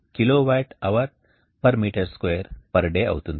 54 kWhm2day అవుతుంది